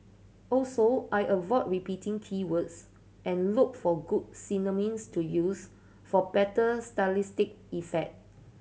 also I avoid repeating key words and look for good synonyms to use for better stylistic effect